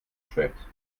spät